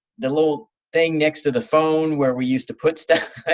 the little thing next to the phone where we used to put stuff